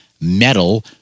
Metal